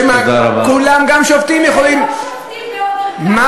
ברור שהם לא שופטים, גם שופטים יכולים, תודה רבה.